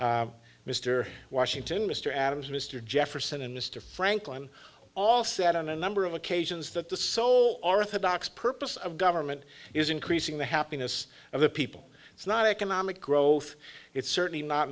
mr washington mr adams mr jefferson and mr franklin all sat on a number of occasions that the sole artha docs purpose of government is increasing the happiness of the people it's not economic growth it's certainly not